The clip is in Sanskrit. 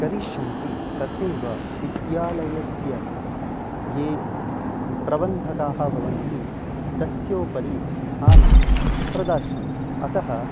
करिष्यन्ति तथैव विद्यालयस्य ये प्रबन्धकाः भवन्ति तस्योपरि ध्यानं प्रदास्यन्ति अतः